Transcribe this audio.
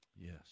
Yes